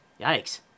Yikes